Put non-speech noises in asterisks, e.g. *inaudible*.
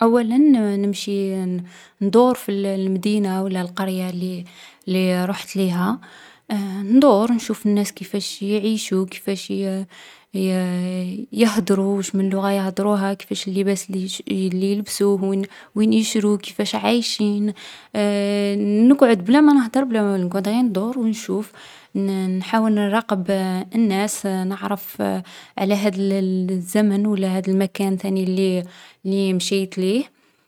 ﻿أوّلا ن-نمشي ن-ندور في ال-المدينة و لا القرية لي لي رحت ليها. *hesitation* ندور نشوف الناس كيفاش يعيشو، كيفاش ي- *hesitation* ي- *hesitation* يهدرو، واش من لغة يهدروها كيفاش اللباس لي يش-لي يلبسوه، وين يشرو كيفاش عايشين. *hesitation* نقعد بلا مانهدر بلا ماوالو، نقعد غي ندور و نشوف. ن-نحاول نراقب الناس، نعرف على هاد ال-الزمن و لا هاد المكان ثاني لي لي مشيت ليه.